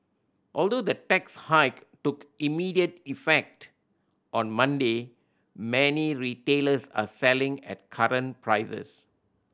although the tax hike took immediate effect on Monday many retailers are selling at current prices